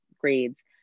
grades